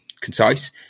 concise